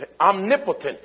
omnipotent